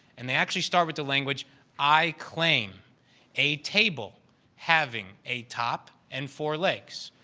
and they actually start with the language i claim a table having a top and four legs.